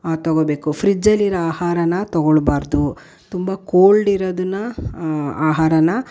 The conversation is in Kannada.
ತೊಗೊಬೇಕು ಫ್ರಿಜ್ಜಲ್ಲಿರೋ ಆಹಾರನ ತೊಗೊಳ್ಬಾರದು ತುಂಬ ಕೋಲ್ಡಿರೋದನ್ನ ಆಹಾರನ